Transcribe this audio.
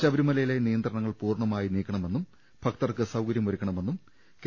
ശബരിമലയിലെ നിയന്ത്രണങ്ങൾ പൂർണ്ണമായി നീക്കണമെന്നും ഭക്തർക്ക് സൌകര്യമൊരു ക്കണമെന്നും കെ